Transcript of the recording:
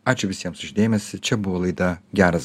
ačiū visiems už dėmesį čia buvo laida geras